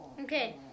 Okay